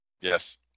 Yes